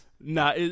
Nah